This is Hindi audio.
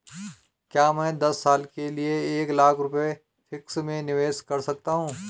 क्या मैं दस साल के लिए एक लाख रुपये फिक्स में निवेश कर सकती हूँ?